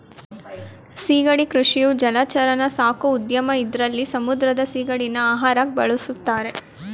ಸಿಗಡಿ ಕೃಷಿಯು ಜಲಚರನ ಸಾಕೋ ಉದ್ಯಮ ಇದ್ರಲ್ಲಿ ಸಮುದ್ರದ ಸಿಗಡಿನ ಆಹಾರಕ್ಕಾಗ್ ಬಳುಸ್ತಾರೆ